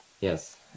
Yes